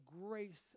grace